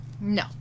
No